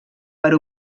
per